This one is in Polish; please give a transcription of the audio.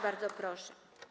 Bardzo proszę.